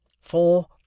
four